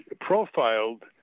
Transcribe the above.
profiled